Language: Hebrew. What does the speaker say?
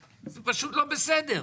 זה פשוט לא בסדר.